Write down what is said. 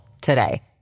today